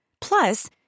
Plus